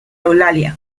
eulalia